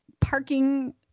parking